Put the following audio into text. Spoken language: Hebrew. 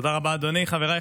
לא ברגותי,